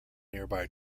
nearby